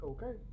Okay